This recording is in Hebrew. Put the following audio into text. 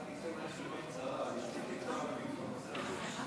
רק תשובה קצרה בעניין הזה.